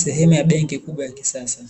Sehemu kubwa ya benki ya kisasa